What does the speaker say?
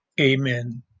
amen